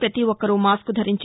ప్రతి ఒక్కరూ మాస్కు ధరించి